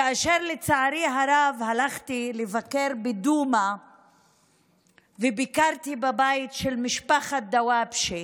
כאשר לצערי הרב הלכתי לבקר בדומא וביקרתי בבית של משפחת דוואבשה,